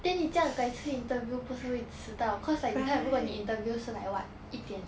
then 你这样改次 interview 不是会迟到 cause like 你看如果你 interview 是 like what 一点